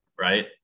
right